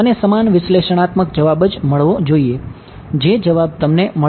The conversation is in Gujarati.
મને સમાન વિશ્લેષણાત્મક જવાબ જ મળવો જોઈએ જે જવાબ તમને મળશે